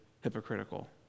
hypocritical